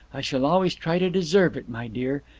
i shall always try to deserve it, my dear.